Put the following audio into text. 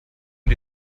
die